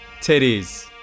titties